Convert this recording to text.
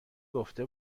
گفته